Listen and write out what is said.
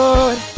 Lord